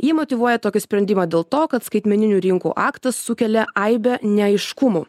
ji motyvuoja tokį sprendimą dėl to kad skaitmeninių rinkų aktas sukelia aibę neaiškumų